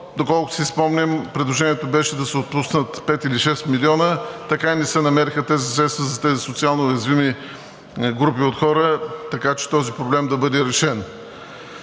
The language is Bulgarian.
доколкото си спомням, предложението беше да се отпуснат 5 или 6 милиона, така и не се намериха тези средства за тези социално уязвими групи от хора, така че този проблем да бъде решен.